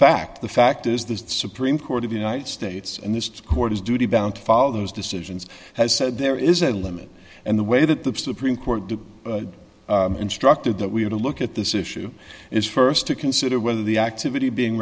fact the fact is the supreme court of the united states and this court is duty bound to follow those decisions has said there is a limit and the way that the supreme court do instructed that we have to look at this issue is st to consider whether the activity being